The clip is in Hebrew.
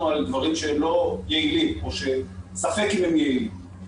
על דברים שהם לא יעילים או שספק אם הם יעילים.